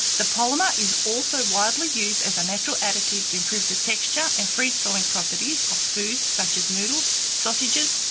the polymer is also widely used as a natural additive to improve the texture and freeze thawing properties of foods such as noodles, sausages,